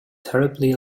terribly